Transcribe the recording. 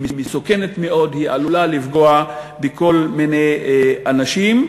היא מסוכנת מאוד, היא עלולה לפגוע בכל מיני אנשים.